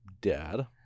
dad